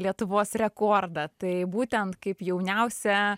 lietuvos rekordą tai būtent kaip jauniausia